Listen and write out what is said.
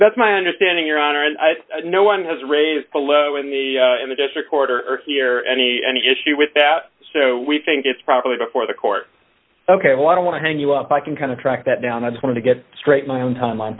that's my understanding your honor and no one has raised below in the in the district court or here any any issue with that so we think it's probably before the court ok well i don't want to hang you up i can kind of track that down i just want to get straight my own time